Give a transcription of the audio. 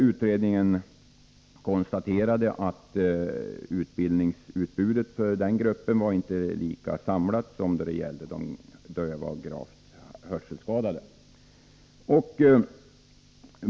Utredningen konstaterade att utbildningsutbudet för den gruppen inte var lika samlat som när det gällde de döva och gravt hörselskadade.